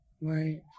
right